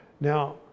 Now